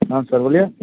प्रणाम सर बोलिए